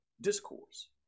discourse